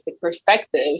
perspective